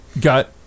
got